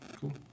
cool